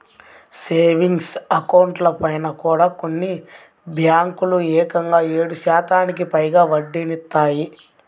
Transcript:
savings అకౌంట్లపైన కూడా కొన్ని బ్యేంకులు ఏకంగా ఏడు శాతానికి పైగా వడ్డీనిత్తన్నాయి